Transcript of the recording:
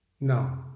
No